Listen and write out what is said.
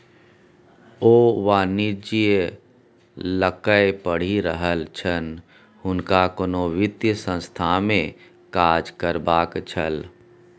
ओ वाणिज्य लकए पढ़ि रहल छल हुनका कोनो वित्त संस्थानमे काज करबाक छल